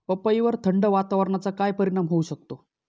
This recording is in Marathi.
पपईवर थंड वातावरणाचा काय परिणाम होऊ शकतो?